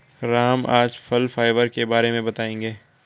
राम आज फल फाइबर के बारे में बताएँगे